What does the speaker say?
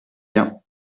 bien